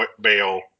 bail